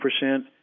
percent